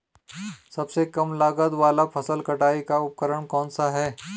सबसे कम लागत वाला फसल कटाई का उपकरण कौन सा है?